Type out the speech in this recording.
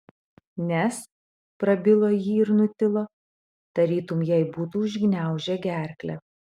nes prabilo ji ir nutilo tarytum jai būtų užgniaužę gerklę